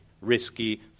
risky